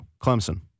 Clemson